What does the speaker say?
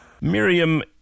Miriam